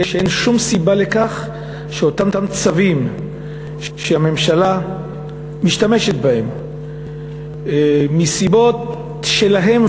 כשאין שום סיבה לכך שאותם צווים שהממשלה משתמשת בהם מסיבות שלהם,